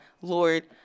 Lord